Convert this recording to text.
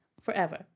forever